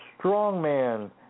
strongman